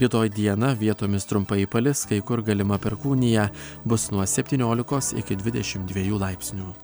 rytoj dieną vietomis trumpai palis kai kur galima perkūnija bus nuo septyniolikos iki dvidešim dviejų laipsnio